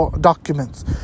documents